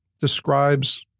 describes